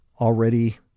already